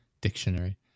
Dictionary